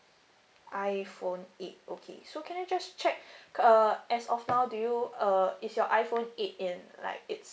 iPhone eight okay so can I just check uh as of now do you uh is your iPhone eight in like its